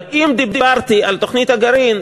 אבל אם דיברתי על תוכנית הגרעין,